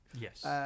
Yes